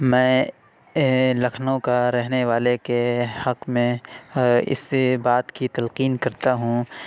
میں لکھنؤ کا رہنے والے کے حق میں اس سے بات کی تلقین کرتا ہوں